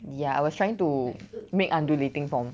ya I was trying to make undulating form